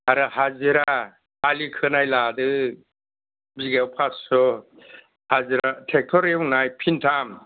आरो हाजिरा आलि खोनाय लादो बिगायाव फासस' हाजिरा ट्रेक्टर एवनाय फिन्थाम